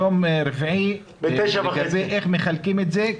ביום רביעי בשעה 9:30. לגבי איך מחלקים את זה.